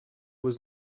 was